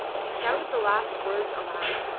he shouted the last words aloud.